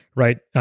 right?